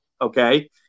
okay